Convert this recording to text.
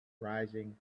rising